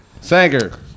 Sanger